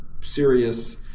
serious